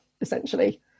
essentially